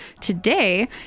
today